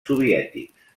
soviètics